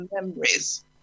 memories